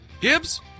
Gibbs